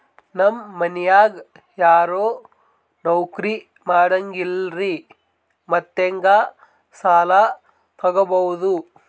ನಮ್ ಮನ್ಯಾಗ ಯಾರೂ ನೌಕ್ರಿ ಮಾಡಂಗಿಲ್ಲ್ರಿ ಮತ್ತೆಹೆಂಗ ಸಾಲಾ ತೊಗೊಬೌದು?